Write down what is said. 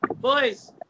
Boys